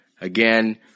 Again